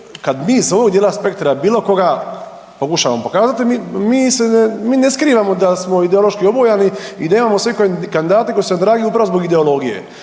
kad mi sa ovog djela spektra bilo koga pokušamo pokazati mi se, mi ne skrivamo da smo ideološki obojani i nemamo sve kandidate koji su nam dragi upravo zbog ideologije.